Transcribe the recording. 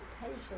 patience